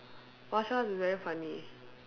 martial arts is very funny